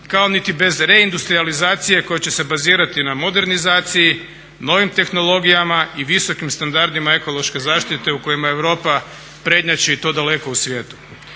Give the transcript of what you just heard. kao niti bez reindustrijalizacije koja će se bazirati na modernizaciji, novim tehnologijama i visokim standardima ekološke zaštite u kojima Europa prednjači i to daleko u svijetu.